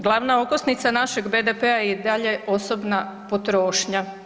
Glavna okosnica našeg BDP-a je i dalje osobna potrošnja.